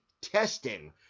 testing